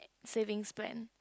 savings plan